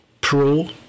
pro